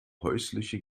häusliche